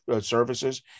services